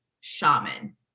shaman